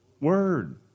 word